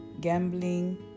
gambling